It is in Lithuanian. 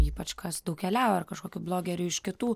ypač kas daug keliavo ar kažkokių blogerių iš kitų